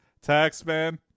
Taxman